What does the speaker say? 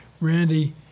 Randy